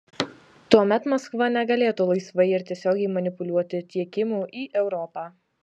tuomet maskva negalėtų laisvai ir tiesiogiai manipuliuoti tiekimu į europą